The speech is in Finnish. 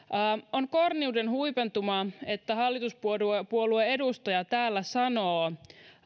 on korniuden huipentuma että hallituspuolueen edustaja täällä sanoo